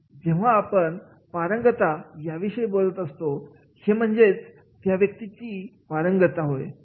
जेव्हा आपण पारंगतता या विषयी बोलत असतो हे म्हणजेच त्या व्यक्तीची पारंगतता होय